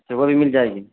تو وہ بھی مل جائے گی